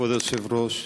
כבוד היושב-ראש,